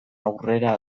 aurrera